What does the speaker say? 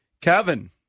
Kevin